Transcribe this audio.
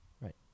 Right